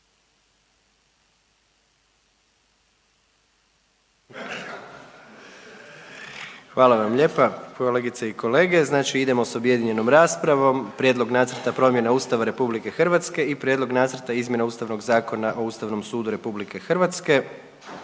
Hvala vam lijepa, kolegice i kolege, znači idemo s objedinjenom raspravom. - Prijedlog Nacrta promjena Ustava RH i - Prijedlog Nacrta izmjena Ustavnog zakona o Ustavnom sudu RH. Predlagatelj